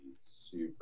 super